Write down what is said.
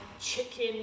chicken